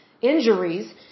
injuries